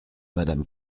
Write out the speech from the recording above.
madame